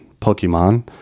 Pokemon